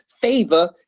favor